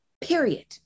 Period